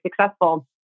successful